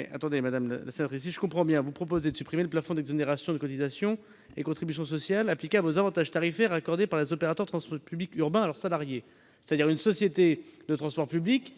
fait la société. Si je comprends bien, vous proposez de supprimer le plafond d'exonération de cotisations et contributions sociales applicables aux avantages tarifaires accordés par les opérateurs de transports publics urbains à leurs salariés. La question n'est pas